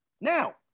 Now